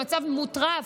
במצב מוטרף,